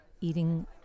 eating